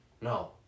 No